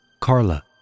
Carla